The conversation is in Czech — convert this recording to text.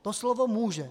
To slovo může.